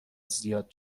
زیاد